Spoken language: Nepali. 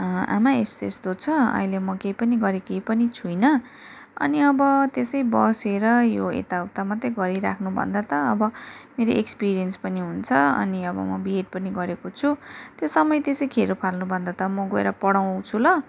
आमा यस्तो यस्तो छ अहिले म केही पनि गरेकै पनि छुइनँ अनि अब त्यसै बसेर यो यताउता मात्रै गरिराख्नु भन्दा त अब मेरो एक्सपिरियन्स पनि हुन्छ अनि अब म बीएड पनि गरेको छु त्यो समय त्यसै खेरो फाल्नु भन्दा त म गएर पढाउँछु ल